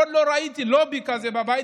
עוד לא ראיתי לובי כזה בבית,